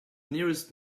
nearest